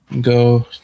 go